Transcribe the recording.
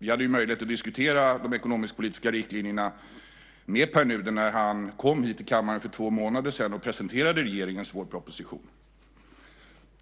Vi hade möjlighet att diskutera de ekonomisk-politiska riktlinjerna med Pär Nuder när han kom hit till kammaren för två månader sedan och presenterade regeringens vårproposition.